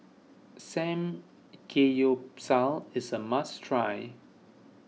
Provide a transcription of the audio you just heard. Samgeyopsal is a must try